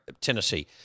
Tennessee